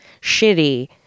shitty